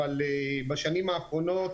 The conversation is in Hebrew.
אבל בשנים האחרונות